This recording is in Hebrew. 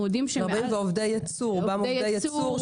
ורובם עובדי ייצור,